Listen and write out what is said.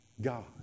God